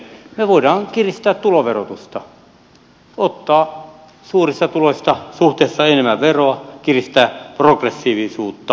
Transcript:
me voimme kiristää tuloverotusta ottaa suurista tuloista suhteessa enemmän veroa kiristää progressiivisuutta